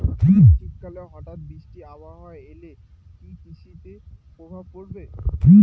শীত কালে হঠাৎ বৃষ্টি আবহাওয়া এলে কি কৃষি তে প্রভাব পড়বে?